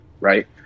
Right